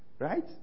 Right